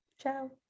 Ciao